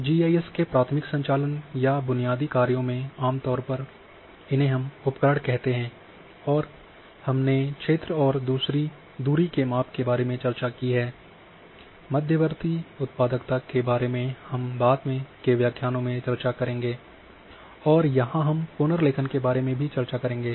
GIS के प्राथमिक संचालन या बुनियादी कार्यों में आमतौर पर इन्हें हम उपकरण कहते हैं और हमने क्षेत्र और दूरी के माप के बारे में चर्चा की है मध्यवर्ती उत्पादकता के बारे में हम बाद के व्याख्यानों में चर्चा करेंगे और यहाँ हम पुनर्लेखन के बारे में चर्चा करेंगे